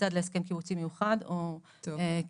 כצד להסכם קיבוצי מיוחד או כללי.